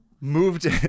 moved